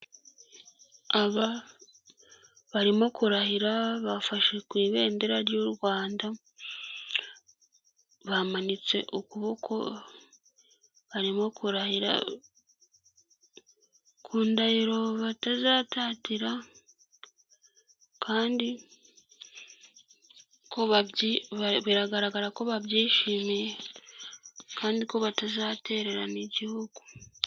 Aba barimo kurahira, bafashe ku ibendera ry'u Rwanda, bamanitse ukuboko barimo kurahira, ku ndahiro batazatatira, kandi biragaragara ko babyishimiye, kandi ko batazatererana igihugu.